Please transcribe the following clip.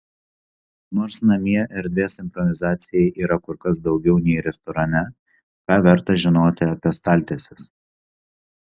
nors namie erdvės improvizacijai yra kur kas daugiau nei restorane ką verta žinoti apie staltieses